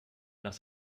nach